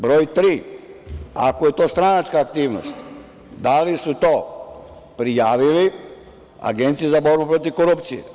Broj tri, ako je to stranačka aktivnost, da li su to prijavili Agenciji za borbu protiv korupcije?